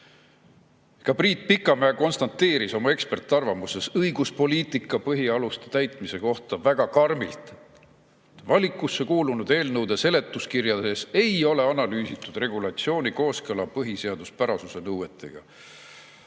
Ka Priit Pikamäe konstateeris oma eksperdiarvamuses õiguspoliitika põhialuste täitmise kohta väga karmilt, et valikusse kuulunud eelnõude seletuskirjades ei ole analüüsitud regulatsiooni kooskõla põhiseaduspärasuse nõuetega.